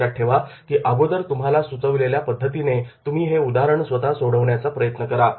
लक्षात ठेवा की अगोदर तुम्हाला सुचवलेल्या पद्धतीने तुम्ही हे उदाहरण स्वतः सोडविण्याचा प्रयत्न करा